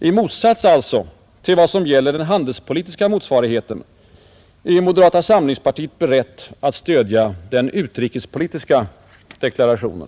I motsats alltså till vad som gäller den handelspolitiska motsvarigheten är moderata samlingspartiet berett att stödja den utrikespolitiska deklarationen.